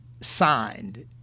signed